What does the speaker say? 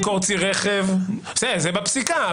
בסדר, זה בפסיקה.